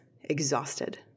exhausted